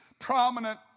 prominent